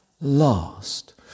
last